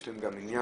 יש להן גם עניין